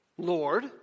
Lord